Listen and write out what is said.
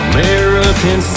American